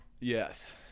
Yes